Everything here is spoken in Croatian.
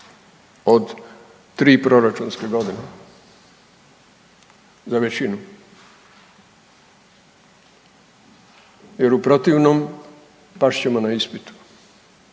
od 3 proračunske godine, za većinu jer u protivnom past ćemo na ispitu,